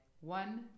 one